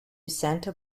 santa